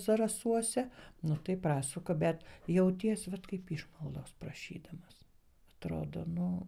zarasuose nu tai prasuka bet jauties vat kaip išmaldos prašydamas atrodo nu